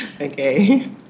Okay